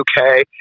okay